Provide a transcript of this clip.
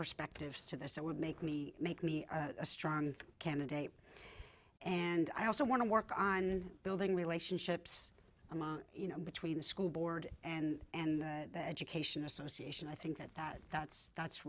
perspectives to this that would make me make me a strong candidate and i also want to work on building relationships and you know between the school board and an education association i think that that's that's